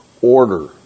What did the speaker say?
order